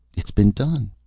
it's been done.